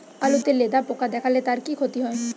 আলুতে লেদা পোকা দেখালে তার কি ক্ষতি হয়?